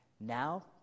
Now